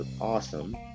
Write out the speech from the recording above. awesome